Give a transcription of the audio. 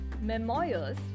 Memoirs